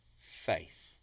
faith